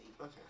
Okay